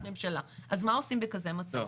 אז מה עושים בכזה מצב?